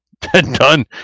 Done